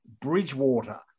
Bridgewater